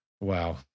Wow